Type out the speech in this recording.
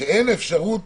שאין אפשרות